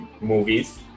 movies